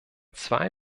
zwei